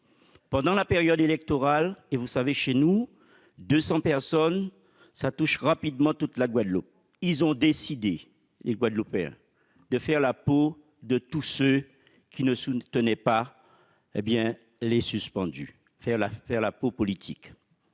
pendant la période électorale et vous savez, chez nous 200 personnes ça touche rapidement toute la Guadeloupe, ils ont décidé les Guadeloupéens de faire la peau, de tout ce qui ne sous ne tenait pas hé bien les suspendu, faire la faire la peau politique,